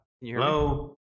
Hello